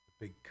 big